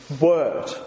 word